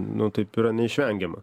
nu taip yra neišvengiama